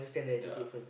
ya